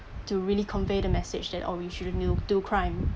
to really convey the message that oh we shouldn't d~ do crime